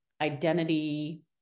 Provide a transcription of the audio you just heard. identity